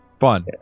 fun